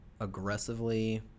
aggressively